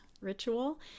ritual